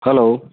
hello